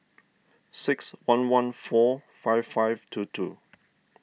six one one four five five two two